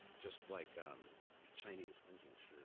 just like chinese bonsai.